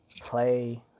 play